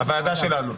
הוועדה שלנו.